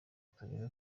turebe